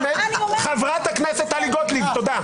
חברת הכנסת טלי גוטליב, תודה.